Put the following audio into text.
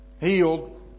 Healed